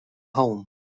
home